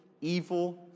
evil